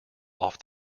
off